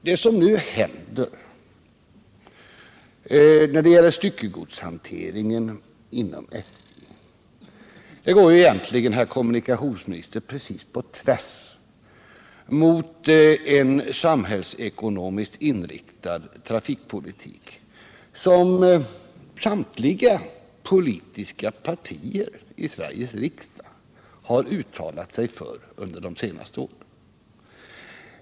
Det som nu händer när det gäller styckegodshanteringen inom SJ går egentligen, herr kommunikationsminister, precis på tvärs mot en samhällsekonomiskt inriktad trafikpolitik som samtliga politiska partier i Sveriges riksdag har uttalat sig för under de senaste åren.